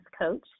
coach